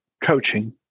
coaching